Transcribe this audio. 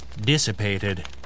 dissipated